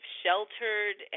sheltered